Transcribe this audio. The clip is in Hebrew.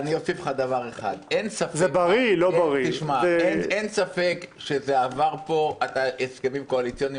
אין ספק שזה עבר פה את ההסכמים הקואליציוניים,